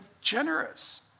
generous